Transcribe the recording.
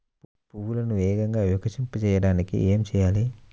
పువ్వులను వేగంగా వికసింపచేయటానికి ఏమి చేయాలి?